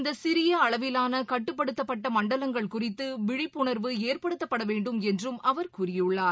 இந்த சிறிய அளவிலான கட்டுப்படுத்தப்பட்ட மண்டலங்கள் கு றித்து விழிப்பணர்வ ஏ ற்படுத்தப்பட வேண்டும் என் று ம் அவர் கூறியள்ளார்